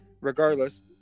regardless